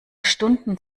stunden